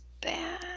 bad